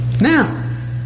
now